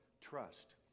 trust